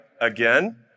again